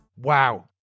Wow